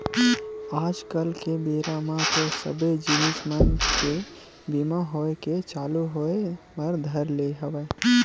आज कल के बेरा म तो सबे जिनिस मन के बीमा होय के चालू होय बर धर ले हवय